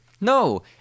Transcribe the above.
No